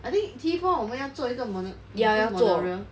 I think T four 我们要坐一个 mono 我们要坐 monorail